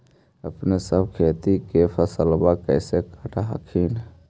अपने सब खेती के फसलबा कैसे काट हखिन?